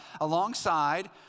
alongside